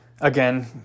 Again